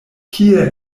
kie